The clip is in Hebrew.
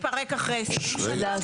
הבית שלי מתפרק אחרי 20 שנה.